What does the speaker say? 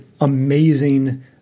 amazing